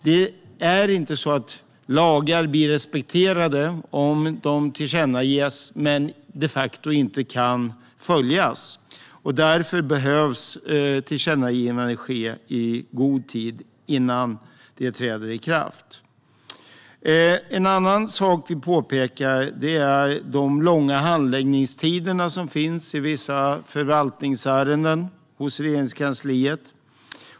Lagar blir inte respekterade om de tillkännages men de facto inte kan följas. Därför behöver tillkännagivanden göras i god innan de träder i kraft. En annan sak vi påpekar är de långa handläggningstider som finns i vissa förvaltningsärenden hos Regeringskansliet.